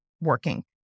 working